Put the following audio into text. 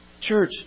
Church